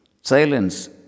Silence